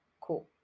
cool